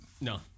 No